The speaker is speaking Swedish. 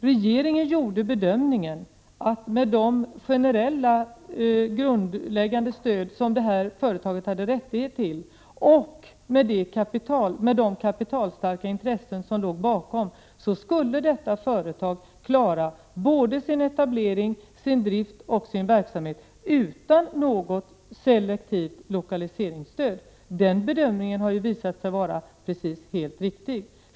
Regeringen gjorde bedömningen att företaget, med tanke på de generella grundläggande stöd som företaget hade rätt till och de kapitalstarka intressen som låg bakom, skulle klara sin etablering, sin drift och sin verksamhet utan något selektivt lokaliseringsstöd. Den bedömningen har ju också visat sig vara helt riktig.